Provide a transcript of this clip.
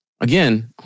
Again